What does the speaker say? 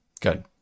Good